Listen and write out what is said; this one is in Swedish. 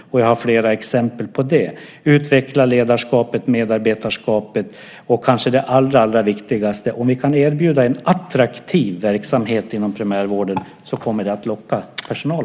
Jag har flera exempel på det. Det handlar om att utveckla ledarskapet, medarbetarskapet och kanske det allra, allra viktigaste: Om vi kan erbjuda en attraktiv verksamhet inom primärvården kommer det också att locka personal.